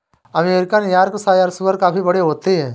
American Yorkshire सूअर काफी बड़े बड़े होते हैं